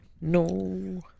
No